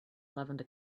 lavender